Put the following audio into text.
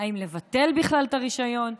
האם לבטל בכלל את הרישיון?